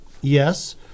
Yes